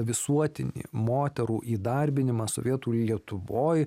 visuotinį moterų įdarbinimą sovietų lietuvoj